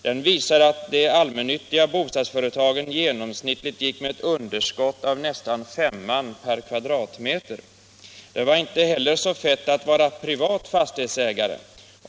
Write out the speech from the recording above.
Den visar att de allmännyttiga bostadsföretagen genomsnittligt gick med ett underskott av nästan femman per m?. Det var inte heller så fett att vara privat fastighetsägare.